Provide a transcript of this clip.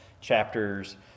chapters